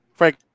Frank